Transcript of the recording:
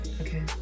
okay